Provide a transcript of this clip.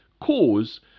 cause